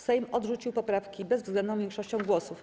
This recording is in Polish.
Sejm odrzucił poprawki bezwzględną większością głosów.